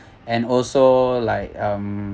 and also like um